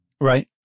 Right